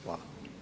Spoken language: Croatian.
Hvala.